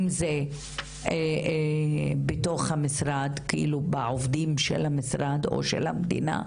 אם זה בתוך המשרד, ביון עובדי המשרד או של המדינה,